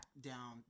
down